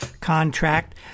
contract